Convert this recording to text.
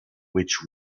which